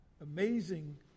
amazing